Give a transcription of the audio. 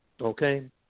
Okay